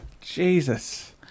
Jesus